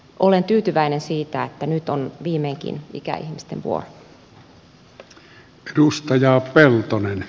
olen tyytyväinen siitä että nyt on viimeinkin ikäihmisten vuoro